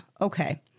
okay